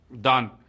done